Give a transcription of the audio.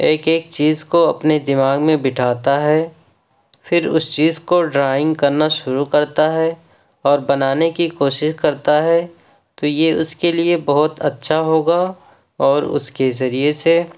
ایک ایک چیز کو اپنے دماغ میں بٹھاتا ہے پھر اس چیز کو ڈرائنگ کرنا شروع کرتا ہے اور بنانے کی کوشش کرتا ہے تو یہ اس کے لیے بہت اچھا ہوگا اور اس کے ذریعے سے